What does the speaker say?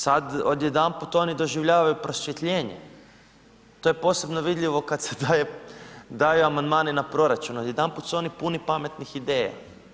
Sad odjedanput oni doživljaju prosvjetljenje, to je posebno vidljivo kad se daju amandmani na proračun, odjedanput su oni puni pametnih ideja.